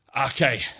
Okay